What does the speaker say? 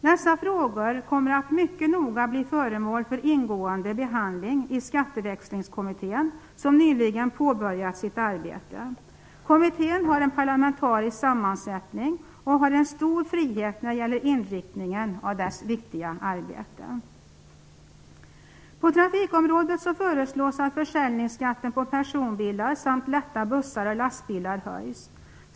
Dessa frågor kommer att bli föremål för en mycket ingående behandling i Skatteväxlingskommittén som nyligen påbörjat sitt arbete. Kommittén har en parlamentarisk sammansättning, och den har en stor frihet när det gäller inriktningen av dess viktiga arbete.